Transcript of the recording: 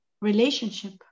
relationship